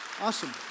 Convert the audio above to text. awesome